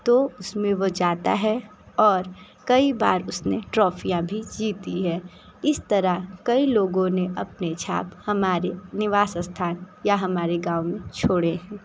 तो उसमें वह जाता है और कई बार उसने ट्रॉफियाँ भी जीती हैं इस तरह कई लोगों ने अपनी छाप हमारे निवास स्थान या हमारे गाँव में छोड़े हैं